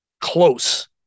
close